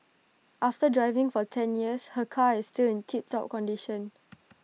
after driving for ten years her car is still in tiptop condition